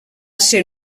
ser